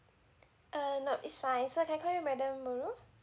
err no it's fine so can I call you madam nurul